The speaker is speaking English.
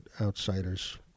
outsiders